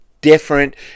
different